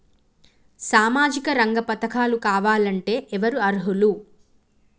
సామాజిక రంగ పథకాలు కావాలంటే ఎవరు అర్హులు?